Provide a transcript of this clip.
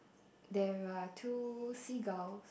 there are two seagulls